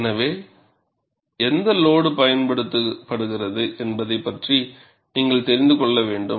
எனவே எந்த லோடு பயன்படுத்தப்படுகிறது என்பதைப் பற்றி நீங்கள் தெரிந்து கொள்ள வேண்டும்